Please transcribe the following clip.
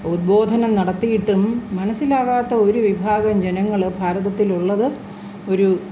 ഉദ്ബോധനം നടത്തിയിട്ടും മനസ്സിലാവാത്ത ഒരു വിഭാഗം ജനങ്ങൾ ഭാരതത്തിലുള്ളത് ഒരു